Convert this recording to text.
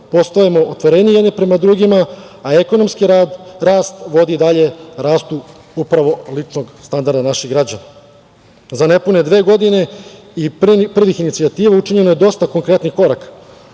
postajemo otvoreniji jedni prema drugima, a ekonomski rast vodi dalje rastu upravo ličnog standarda naših građana.Za nepune dve godine i prvih inicijativa učinjeno je dosta konkretnih koraka.